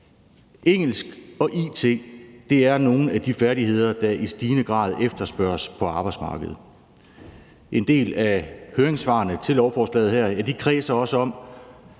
Engelsk og it er nogle af de færdigheder, der i stigende grad efterspørges på arbejdsmarkedet. En del af høringssvarene til lovforslaget kredser om,